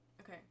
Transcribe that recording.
okay